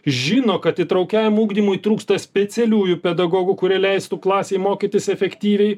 žino įtraukiajam ugdymui trūksta specialiųjų pedagogų kurie leistų klasei mokytis efektyviai